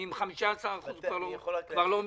אני עם 15% כבר לא מסתדר.